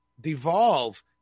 devolve